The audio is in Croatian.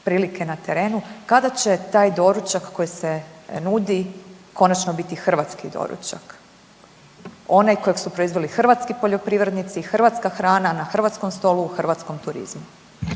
prilike na terenu, kada će taj doručak koji se nudi konačno biti hrvatski doručak, onaj kojeg su proizveli hrvatski poljoprivrednici, hrvatska hrana na hrvatskom stolu u hrvatskom turizmu?